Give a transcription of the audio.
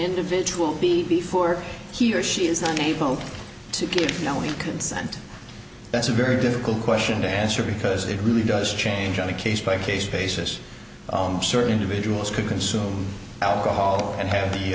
individual be before he or she is not a vote to give consent that's a very difficult question to answer because it really does change on a case by case basis certain individuals could consume alcohol and have the